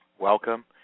Welcome